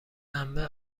عمه